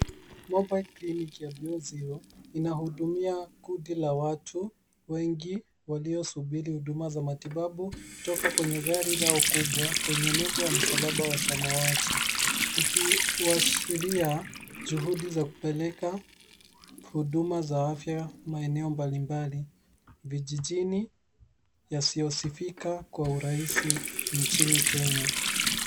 Mobile Clinic ya Beyond Zero inahudumia kundi la watu wengi walio subiri huduma za matibabu kutoka kwenye gari lao kubwa lenye nembo ya msalaba wa samawati. Ikiashiria juhudi za kupeleka huduma za afya maeneo mbalimbali vijijini yasiosifika kwa uraisi nchini Kenya.